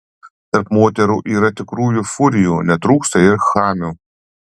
tarp moterų yra tikrų furijų netrūksta ir chamių